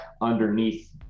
underneath